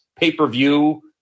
pay-per-view